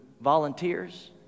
volunteers